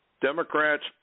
Democrats